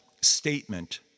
statement